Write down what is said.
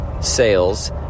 sales